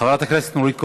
חברת הכנסת נורית קורן,